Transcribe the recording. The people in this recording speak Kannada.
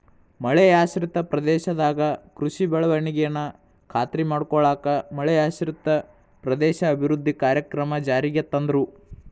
ಮಳೆಯಾಶ್ರಿತ ಪ್ರದೇಶದಾಗ ಕೃಷಿ ಬೆಳವಣಿಗೆನ ಖಾತ್ರಿ ಮಾಡ್ಕೊಳ್ಳಾಕ ಮಳೆಯಾಶ್ರಿತ ಪ್ರದೇಶ ಅಭಿವೃದ್ಧಿ ಕಾರ್ಯಕ್ರಮ ಜಾರಿಗೆ ತಂದ್ರು